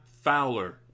Fowler